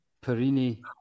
Perini